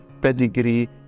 pedigree